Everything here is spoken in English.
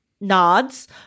nods